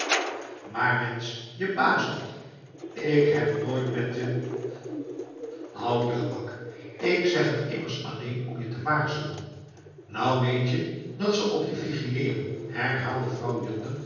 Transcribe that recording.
maar mensch je bazelt ik heb nooit met de hou je gemak ik zeg t immers alleen om je te waarschuwen nou weet je dat ze op je vigileeren herhaalde vrouw